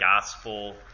gospel